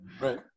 Right